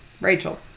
Rachel